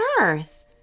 earth